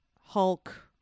Hulk